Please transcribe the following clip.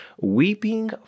Weeping